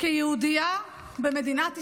כיהודייה במדינת ישראל,